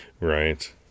Right